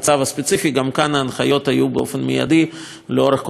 גם כאן ההנחיות היו באופן מיידי במשך כל השרפה,